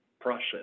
process